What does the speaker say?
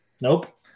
nope